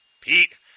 Pete